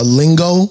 lingo